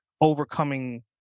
overcoming